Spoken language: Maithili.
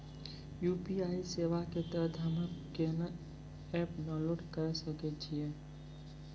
यु.पी.आई सेवा के तहत हम्मे केना एप्प डाउनलोड करे सकय छियै?